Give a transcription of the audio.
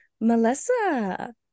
melissa